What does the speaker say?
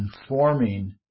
informing